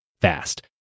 fast